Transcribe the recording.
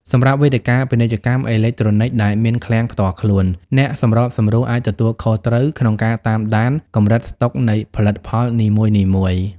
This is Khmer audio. សម្រាប់វេទិកា ពាណិជ្ជកម្មអេឡិចត្រូនិក ដែលមានឃ្លាំងផ្ទាល់ខ្លួន អ្នកសម្របសម្រួលអាចទទួលខុសត្រូវក្នុងការតាមដានកម្រិតស្តុកនៃផលិតផលនីមួយៗ។